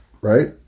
right